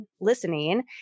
listening